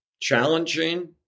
challenging